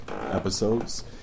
episodes